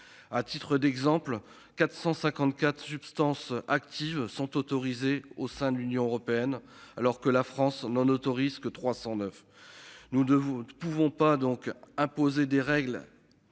À titre d'exemple, 454 substances actives sont autorisés au sein de l'Union européenne alors que la France n'en autorise que 309. Nous devons nous ne pouvons pas donc imposer des règles.